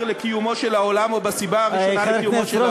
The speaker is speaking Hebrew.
לקיומו של העולם או בסיבה הראשונה לקיומו של העולם,